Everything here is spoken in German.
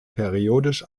periodisch